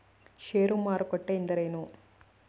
ಷೇರು ಮಾರುಕಟ್ಟೆ ಎಂದರೇನು?